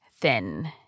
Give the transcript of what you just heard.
thin